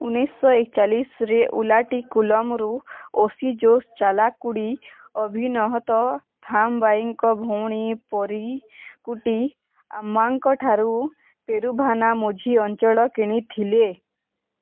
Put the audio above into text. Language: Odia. ଉଣେଇଶ ଏକଚାଳିଶରେ ଉଲାଟିକୁଲମରୁ ଓସି ଜୋସ୍ ଚାଲାକୁଡ଼ି ଅଭିନହତ ଥାମବାଇଙ୍କ ଭଉଣୀ ପରିକୁଟି ଆମ୍ମାଙ୍କଠାରୁ ପେରୁଭାନାମୁଝି ଅଞ୍ଚଳ କିଣିଥିଲେ